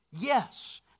Yes